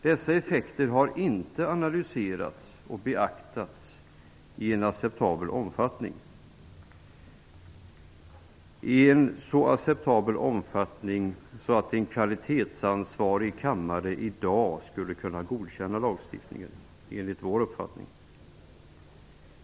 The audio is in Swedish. Dessa effekter har inte analyserats och beaktats i en acceptabel omfattning så att en kvalitetsansvarig kammare, enligt vår uppfattning, i dag skall kunna godkänna lagstftningen.